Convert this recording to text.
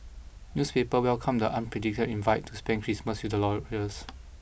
newspapers welcomed the unprecedented invite to spend Christmas with the royals